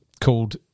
Called